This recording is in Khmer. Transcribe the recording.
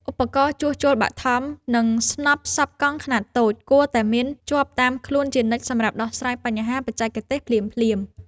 ឧបករណ៍ជួសជុលបឋម និងស្នប់សប់កង់ខ្នាតតូច គួរតែមានជាប់តាមខ្លួនជានិច្ចសម្រាប់ដោះស្រាយបញ្ហាបច្ចេកទេសភ្លាមៗ។